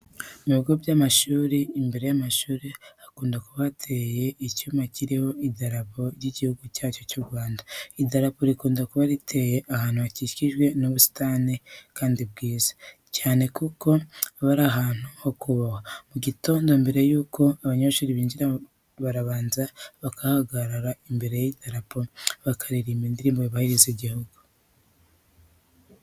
Mu bigo by'amashuri imbere y'amashuri hakunda kuba hateye icyumba kiriho idarapo ry'igihugu cyacu cy'u Rwanda. Idarapo rikunda kuba riteye ahantu hakikijwe n'ubusitani kandi bwiza cyane kuko aba ari ahantu ho kubahwa. Mu gitondo mbere yuko abanyeshuri banjira barabanza bagahagarara imbere y'idarapo bakaririmba indirimbo yubahiriza igihugu.